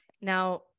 Now